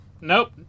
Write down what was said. Nope